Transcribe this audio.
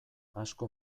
asko